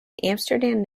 amsterdam